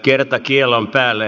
kerta kiellon päälle